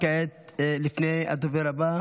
כעת, לפני הדובר הבא